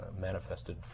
manifested